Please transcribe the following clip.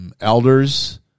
elders